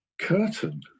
Curtain